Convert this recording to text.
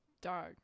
Dog